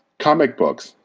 comic books,